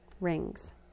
rings